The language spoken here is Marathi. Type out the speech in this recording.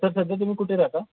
सर सध्या तुम्ही कुठे राहता